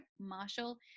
marshall